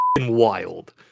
Wild